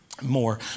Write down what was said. More